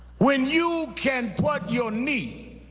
when you can put your knee